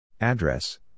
Address